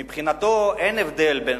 מבחינתו אין הבדל בין,